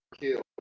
kill